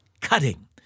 cutting